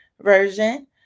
version